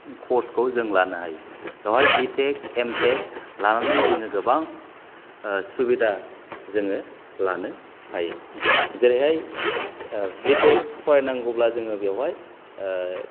course खौ जों लानो हायो बेवहाय बिटेक एमटेक लानानै जोङो गोबां सुबिदा जोङो लानो हायो जेरैहाय बिटेक फरायनांगौब्ला जोङो बेवहाय